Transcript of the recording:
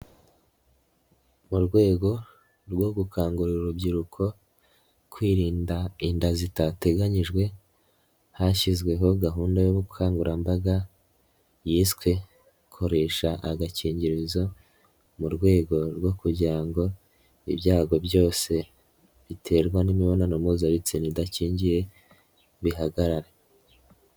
Mu rwego rwo gukangurira urubyiruko kwirinda inda zitateganyijwe, hashyizweho gahunda y'ubukangurambaga yiswe koresha agakingirizo, mu rwego rwo kugira ngo ibyago byose biterwa n'imibonano mpuzabitsina idakingiye bihagarare.